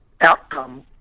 outcome